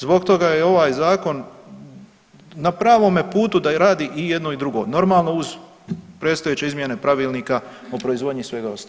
Zbog toga je ovaj zakon na pravome putu da radi i jedno i drugo normalno uz predstojeće izmjene Pravilnika o proizvodnji svega ostalog.